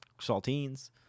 saltines